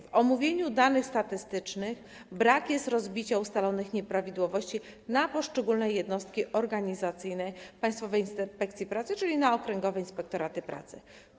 W omówieniu danych statystycznych brak jest rozbicia ustalonych nieprawidłowości na poszczególne jednostki organizacyjne Państwowej Inspekcji Pracy, czyli na okręgowe inspektoraty pracy.